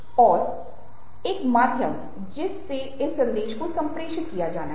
तो और एक माध्यम है जिस से इस संदेश को संप्रेषित किया जाना है